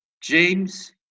James